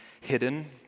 hidden